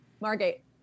Margate